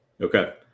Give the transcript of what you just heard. Okay